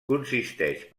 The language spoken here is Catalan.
consisteix